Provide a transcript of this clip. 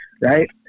right